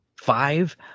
Five